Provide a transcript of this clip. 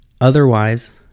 Otherwise